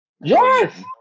Yes